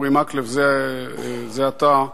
אורי מקלב, זה עתה,